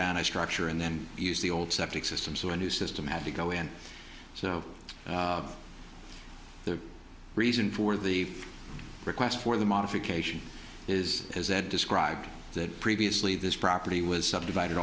down a structure and then use the old septic system so a new system had to go in so the reason for the request for the modification is is that described that previously this property was subdivided